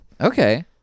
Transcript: Okay